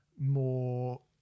more